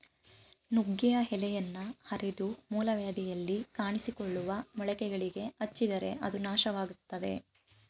ನುಗ್ಗೆಯ ಎಲೆಯನ್ನ ಅರೆದು ಮೂಲವ್ಯಾಧಿಯಲ್ಲಿ ಕಾಣಿಸಿಕೊಳ್ಳುವ ಮೊಳಕೆಗಳಿಗೆ ಹಚ್ಚಿದರೆ ಅದು ನಾಶವಾಗ್ತದೆ